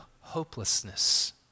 hopelessness